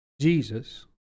Jesus